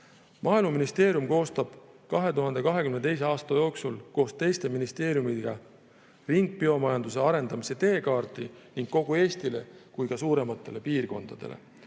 Maaeluministeerium koostab 2022. aasta jooksul koos teiste ministeeriumidega ringbiomajanduse arendamise teekaardi nii kogu Eestile kui ka suurematele piirkondadele.